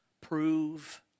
prove